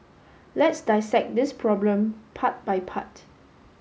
let's dissect this problem part by part